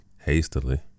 hastily